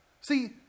See